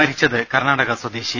മരിച്ചത് കർണ്ണാടക സ്വദേശി